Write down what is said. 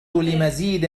لمزيد